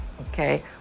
Okay